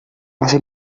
massa